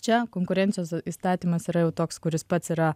čia konkurencijos įstatymas yra jau toks kuris pats yra